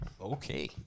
Okay